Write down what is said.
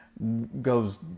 Goes